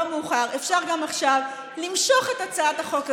לא מאוחר, אפשר גם עכשיו למשוך את הצעת החוק הזאת,